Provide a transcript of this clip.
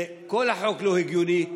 כל החוק הוא לא הגיוני,